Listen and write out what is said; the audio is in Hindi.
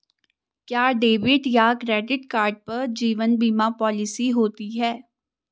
क्या डेबिट या क्रेडिट कार्ड पर जीवन बीमा पॉलिसी होती है?